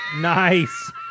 Nice